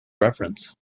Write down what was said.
reference